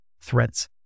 threats